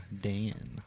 Dan